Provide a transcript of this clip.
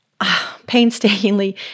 painstakingly